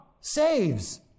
Saves